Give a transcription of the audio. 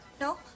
no